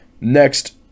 Next